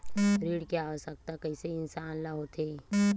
ऋण के आवश्कता कइसे इंसान ला होथे?